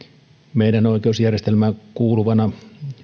meidän oikeusjärjestelmään kuuluvana